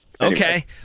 Okay